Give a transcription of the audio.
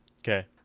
Okay